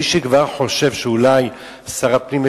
מי שכבר חושב שאולי שר הפנים,